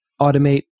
automate